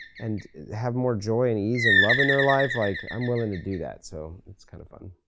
and have more joy, and ease, and love in their life, like i'm willing to do that, so it's kind of fun,